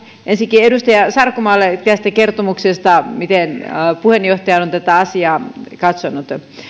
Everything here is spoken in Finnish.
ensinnäkin kiitoksia edustaja sarkomaalle tästä kertomuksesta ja siitä miten puheenjohtaja on tätä asiaa katsonut